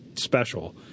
special